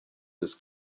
his